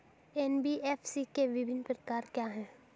NBFC के विभिन्न प्रकार क्या हैं?